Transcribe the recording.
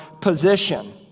position